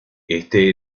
este